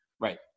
Right